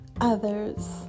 others